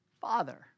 father